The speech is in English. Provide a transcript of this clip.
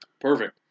Perfect